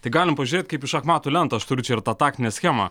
tai galim pažiūrėt kaip šachmatų lentą aš turiu čia ir tą taktinę schemą